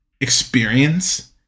experience